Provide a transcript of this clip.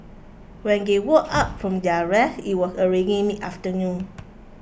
when they woke up from their rest it was already mid afternoon